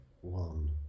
one